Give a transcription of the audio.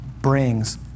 brings